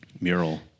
Mural